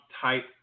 type